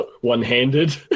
one-handed